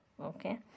okay